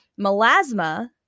Melasma